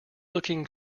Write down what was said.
looking